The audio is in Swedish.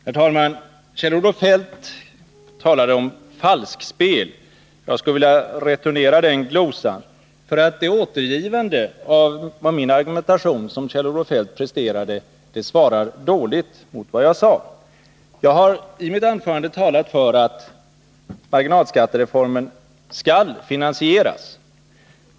Herr talman! Kjell-Olof Feldt talade om falskspel. Jag skulle vilja returnera det uttrycket. Det återgivande av min argumentation som Kjell-Olof Feldt presterade svarar nämligen dåligt mot vad jag sade. Jag har i mitt anförande talat för att marginalskattereformen skall finansieras.